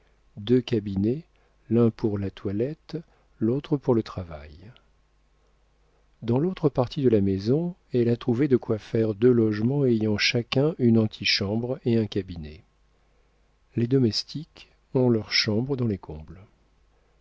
deux cabinets l'un pour la toilette l'autre pour le travail dans l'autre partie de la maison elle a trouvé de quoi faire deux logements ayant chacun une antichambre et un cabinet les domestiques ont leurs chambres dans les combles